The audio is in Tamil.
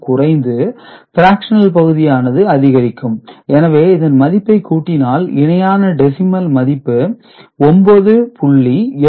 குறைந்து பிராக்சனல் பகுதியானது அதிகரிக்கும் எனவே இதன் மதிப்பை கூட்டினால் இணையான டெசிமல் மதிப்பு 9